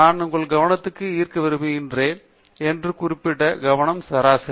நான் உங்கள் கவனத்தை ஈர்க்க விரும்புகிறேன் என்று குறிப்பிட்ட கவனம் சராசரி